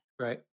Right